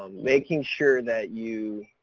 um making sure that you,